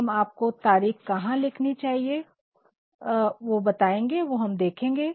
अब हमको तारिख कहाँ लिखनी चाहिए वो अब हम देखेंगे